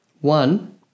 One